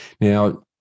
Now